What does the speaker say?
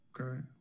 Okay